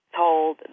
told